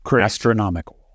astronomical